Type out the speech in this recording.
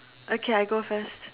okay I go first